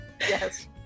Yes